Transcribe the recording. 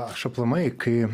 aš aplamai kai